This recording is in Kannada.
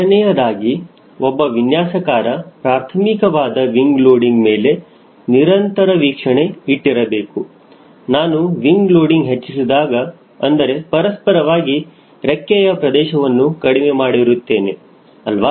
ಎರಡನೆಯದಾಗಿ ಒಬ್ಬ ವಿನ್ಯಾಸಕಾರ ಪ್ರಾರ್ಥಮಿಕವಾದ ವಿಂಗ ಲೋಡಿಂಗ್ ಮೇಲೆ ನಿರಂತರ ವೀಕ್ಷಣೆ ಇಟ್ಟಿರಬೇಕು ನಾನು ವಿಂಗ ಲೋಡಿಂಗ್ ಹೆಚ್ಚಿಸಿದಾಗ ಅಂದರೆ ಪರಸ್ಪರವಾಗಿ ರೆಕ್ಕೆಯ ಪ್ರದೇಶವನ್ನು ಕಡಿಮೆ ಮಾಡಿರುತ್ತೇನೆ ಅಲ್ವಾ